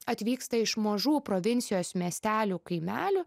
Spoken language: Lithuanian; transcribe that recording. atvyksta iš mažų provincijos miestelių kaimelių